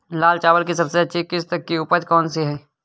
लाल चावल की सबसे अच्छी किश्त की उपज कौन सी है?